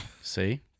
See